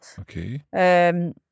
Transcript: Okay